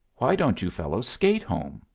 why don't you fellows skate home?